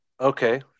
okay